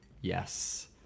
Yes